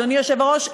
אדוני היושב בראש,